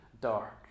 dark